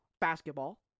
basketball